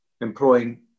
employing